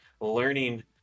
learning